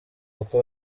kuko